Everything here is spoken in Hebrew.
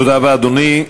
תודה רבה, אדוני.